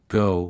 go